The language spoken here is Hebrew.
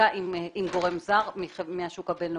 עסקה עם גורם זר מהשוק הבינלאומי.